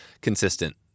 consistent